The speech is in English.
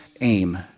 aim